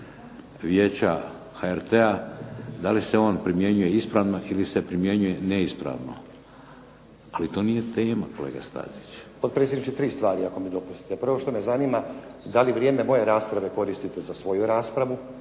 Vijeća HRT-a, da li se on primjenjuje ispravno ili se primjenjuje neispravno. Ali to nije tema, kolega Stazić. **Stazić, Nenad (SDP)** Potpredsjedniče, tri stvari ako mi dopustite. Prvo što me zanima, da li vrijeme moje rasprave koristite za svoju raspravu